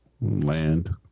land